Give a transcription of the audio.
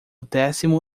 décimo